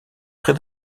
près